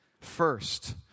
First